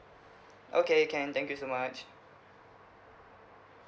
okay can thank you so much